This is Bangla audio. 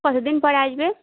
কতদিন পর আসবে